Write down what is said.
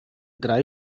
drei